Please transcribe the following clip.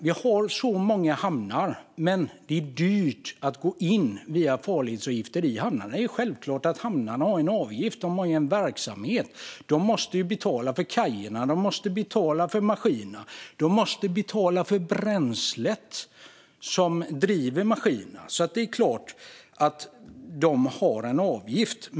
Vi har många hamnar, men på grund av farledsavgifterna är det dyrt att gå in i hamnarna. Det är självklart att hamnarna har en avgift - de har ju en verksamhet. De måste ju betala för kajerna, för maskinerna och för bränslet som driver maskinerna, så det är klart att de har en avgift.